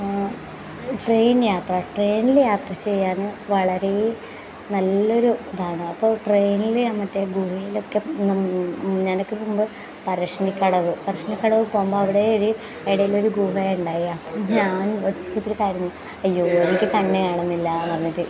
train യാത്ര ട്രെയിനിൽ യാത്ര ചെയ്യാൻ വളരെ നല്ലൊരു ഇതാണ് അപ്പം ട്രെയിനിൽ മറ്റേ ഗുഹയിലോക്കെ നം ഞാനോക്കെ പോകുമ്പോൾ പറശ്ശിനിക്കടവ് പറശ്ശിനിക്കടവ് പോകുമ്പോൾ അവിടെ ഒരു ഇടയിലൊരു ഗുഹ ഉണ്ടായി ഞാൻ ഉച്ചത്തിൽ കരഞ്ഞു അയ്യോ എനിക്ക് കണ്ണ് കാണുന്നില്ല എന്ന് പറഞ്ഞിട്ട്